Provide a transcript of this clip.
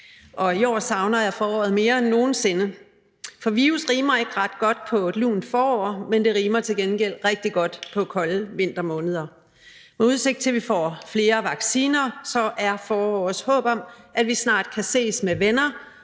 og i år savner jeg foråret mere end nogen sinde, for virus rimer ikke ret godt på lunt forår, men det rimer til gengæld rigtig godt på kolde vintermåneder. Med udsigt til at vi får flere vacciner, er forårets håb, at vi snart kan ses med venner